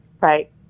Right